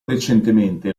recentemente